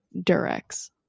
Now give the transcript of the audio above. Durex